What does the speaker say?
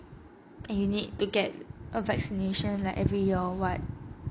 and you need to get a vaccination like every year or what